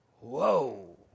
Whoa